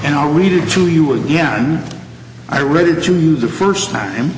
and i'll read it to you again i read it to you the first time